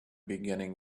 beginning